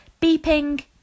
beeping